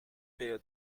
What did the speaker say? pero